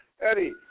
Eddie